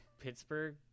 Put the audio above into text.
Pittsburgh